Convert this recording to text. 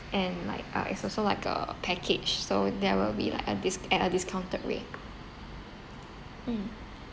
and like uh it's also like a package so that will be like a dis~ at a discounted rate mm